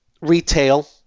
retail